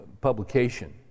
publication